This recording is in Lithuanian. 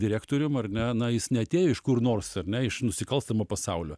direktorium ar ne na jis neatėjo iš kur nors ar ne iš nusikalstamo pasaulio